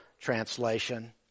translation